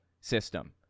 system